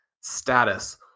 status